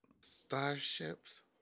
Starships